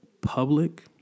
public